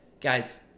Guys